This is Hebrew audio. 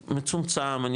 מצומצם,